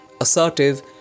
assertive